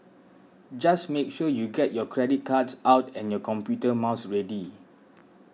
just make sure you get your credit cards out and your computer mouse ready